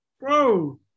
Bro